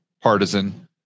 partisan